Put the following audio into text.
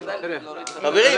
אני --- חברים,